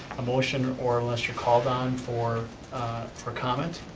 emotion or or unless you're called on for for comment.